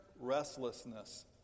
restlessness